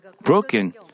broken